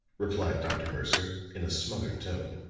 replied dr. mercer in a smothered tone.